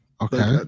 okay